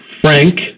frank